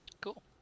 Cool